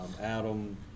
Adam